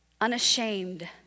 unashamed